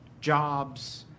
jobs